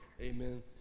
Amen